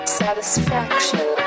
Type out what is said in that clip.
satisfaction